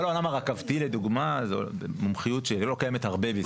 כל העולם הרכבתי זו מומחיות של קיימת הרבה בישראל.